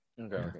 Okay